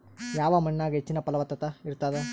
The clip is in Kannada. ಯಾವ ಮಣ್ಣಾಗ ಹೆಚ್ಚಿನ ಫಲವತ್ತತ ಇರತ್ತಾದ?